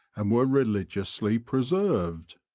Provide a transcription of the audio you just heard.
and were religiously preserved.